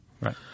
Right